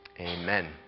Amen